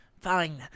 Fine